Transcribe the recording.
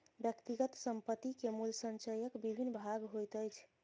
व्यक्तिगत संपत्ति के मूल्य संचयक विभिन्न भाग होइत अछि